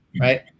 right